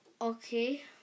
okay